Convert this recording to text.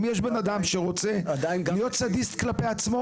אם יש אדם שרוצה להיות סדיסט כלפי עצמו